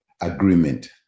agreement